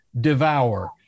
devour